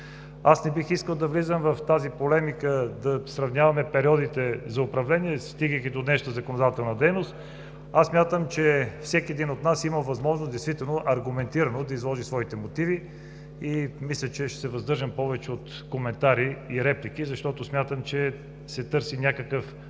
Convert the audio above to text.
Не бих искал да влизам в полемиката – да сравняваме периодите за управление, стигайки до днешната законодателна дейност. Смятам, че всеки един от нас има възможност действително аргументирано да изложи своите мотиви. Ще се въздържам повече от коментари и реплики, защото смятам, че се търси някакъв